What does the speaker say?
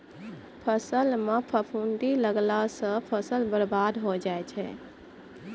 फसल म फफूंदी लगला सँ फसल बर्बाद होय जाय छै